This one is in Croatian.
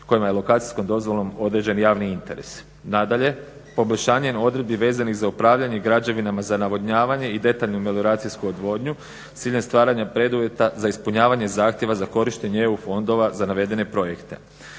kojima je lokacijskom dozvolom određen javni interes. Nadalje, poboljšanje odredbi vezanih za upravljanje građevinama za navodnjavanje i detaljnu … odvodnju s ciljem stvaranja preduvjeta za ispunjavanje zahtjeva za korištenje EU fondova za navedene projekte.